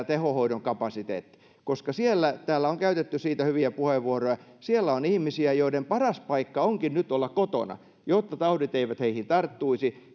tehohoidon kapasiteetti koska täällä on käytetty siitä hyviä puheenvuoroja siellä on ihmisiä joiden paras paikka onkin nyt olla kotona jotta taudit eivät heihin tarttuisi